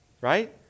Right